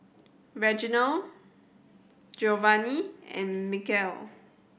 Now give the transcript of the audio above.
Reginal Giovanni and Mykel